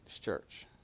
church